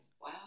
Wow